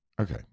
Okay